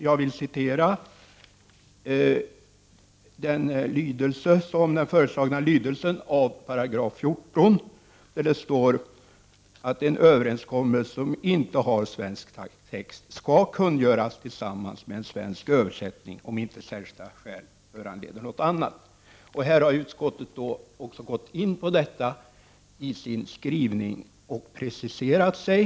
Jag vill citera den föreslagna lydelsen av 14 §: ”En överenskommelse som inte har svensk text skall kungöras tillsammans med en svensk översättning, om inte särskilda skäl föranleder något annat.” Utskottet har gått in på detta i sin skrivning och preciserat sig.